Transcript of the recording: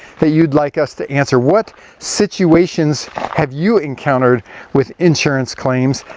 that you'd like us to answer, what situations have you encountered with insurance claims,